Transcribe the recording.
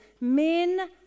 men